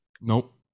Nope